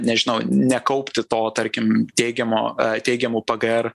nežinau nekaupti to tarkim teigiamo teigiamų pgr